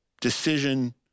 decision